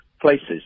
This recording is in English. places